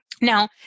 Now